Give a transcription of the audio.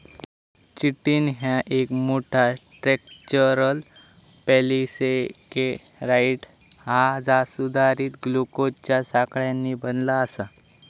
chitin ह्या एक मोठा, स्ट्रक्चरल पॉलिसेकेराइड हा जा सुधारित ग्लुकोजच्या साखळ्यांनी बनला आसा